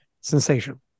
sensation